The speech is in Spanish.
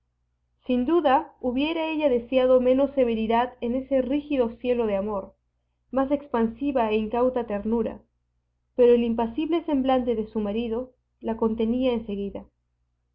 sin duda hubiera ella deseado menos severidad en ese rígido cielo de amor más expansiva e incauta ternura pero el impasible semblante de su marido la contenía en seguida